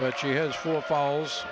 but she has four falls